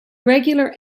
regular